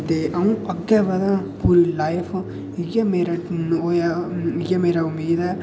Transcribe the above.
ते अं'ऊ अग्गै बधां पूरी लाईफ इ'यै मेरा इ'यै मेरी उम्मीद ऐ